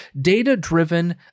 data-driven